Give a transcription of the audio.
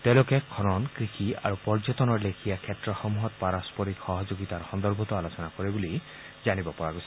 তেওঁলোকে খনন কৃষি আৰু পৰ্যটনৰ লেখিয়া ক্ষেত্ৰসমূহত পাৰস্পৰিক সহযোগিতাৰ সন্দৰ্ভতো আলোচনা কৰে বুলি জানিব পৰা গৈছে